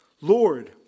Lord